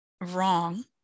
wrong